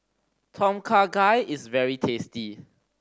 Tom Kha Gai is very tasty